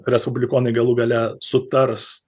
respublikonai galų gale sutars